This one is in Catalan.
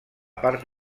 part